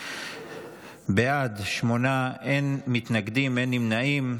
בעד, שמונה, אין מתנגדים, אין נמנעים.